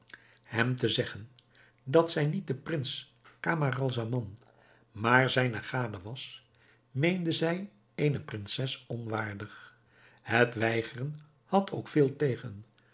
hem te zeggen dat zij niet de prins camaralzaman maar zijne gade was meende zij eene prinses onwaardig het weigeren had ook veel tegen